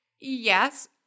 Yes